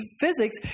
physics